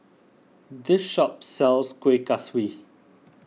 this shop sells Kuih Kaswi